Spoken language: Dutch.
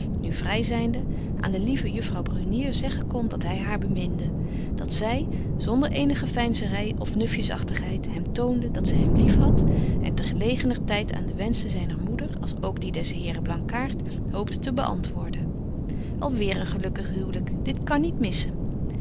nu vry zynde aan de lieve juffrouw brunier zeggen kon dat hy haar beminde dat zy zonder eenige veinzery of nufjesagtigheid hem toonde dat zy hem lief hadt en ter gelegener tyd aan de wenschen zyner moeder als ook die des heren blankaart hoopte te beantwoorden al weer een gelukkig huwlyk dit kan niet missen